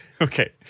okay